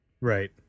Right